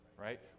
right